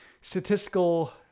statistical